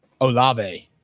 Olave